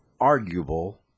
arguable